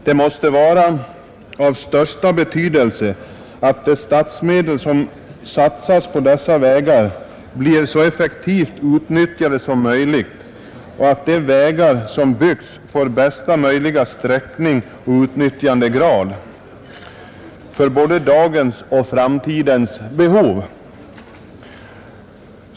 Det måste vara av största betydelse att de statsmedel som satsas på dessa vägar blir så effektivt utnyttjade som möjligt och att de vägar som byggs får bästa möjliga sträckning och utnyttjandegrad, både för dagens och för framtidens behov.